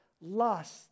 lust